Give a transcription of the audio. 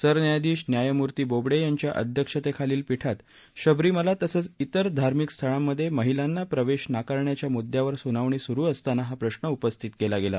सरन्यायाधीश न्यायमूर्ती बोबडे यांच्या अध्यक्षतेखालील पीठात शबरीमाला तसेच इतर धार्मिक स्थळांमध्ये महिलांना प्रवेश नाकारण्याच्या मुद्द्यावर सुनावणी सुरु असताना हा प्रश्न उपथित केला गेला